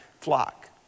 flock